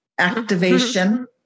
activation